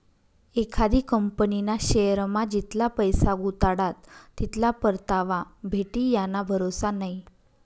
एखादी कंपनीना शेअरमा जितला पैसा गुताडात तितला परतावा भेटी याना भरोसा नै